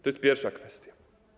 To jest pierwsza kwestia.